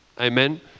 Amen